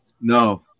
No